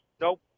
Nope